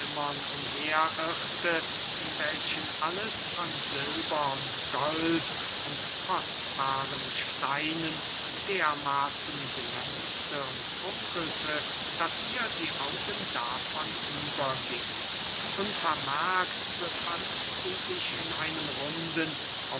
umher irrte in welchen alles von silber und gold und kostbaren steinen dermaßen glänzte und funkelte daß ihr die augen davon übergingen unvermerkt befand sie sich in einem runden